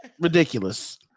Ridiculous